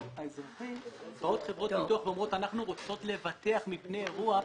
האזרחי באות חברות ביטוח ואומרות שהן רוצות לבטח מפני אירוע.